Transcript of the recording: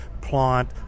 Plant